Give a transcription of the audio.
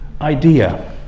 idea